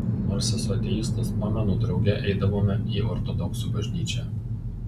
nors esu ateistas pamenu drauge eidavome į ortodoksų bažnyčią